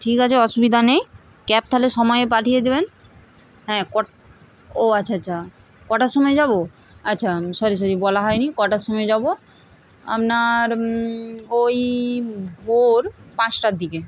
ঠিক আছে অসুবিধা নেই ক্যাব তাহলে সময়ে পাঠিয়ে দেবেন হ্যাঁ কট ও আচ্ছা আচ্ছা কটার সময় যাবো আচ্ছা সরি সরি বলা হয়নি কটার সময় যাব আপনার ওই ভোর পাঁচটার দিকে